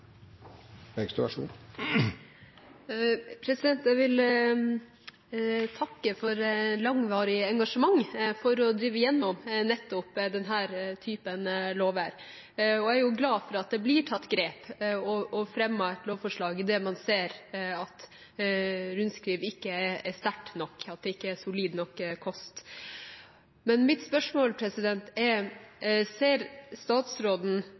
glad for at det blir tatt grep og fremmet et lovforslag idet man ser at rundskriv ikke er sterkt nok, at det ikke er solid nok kost. Men mitt spørsmål er: Ser statsråden at inntekt som er ment for barn, skal gå til barn? Ser statsråden